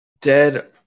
Dead